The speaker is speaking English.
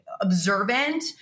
observant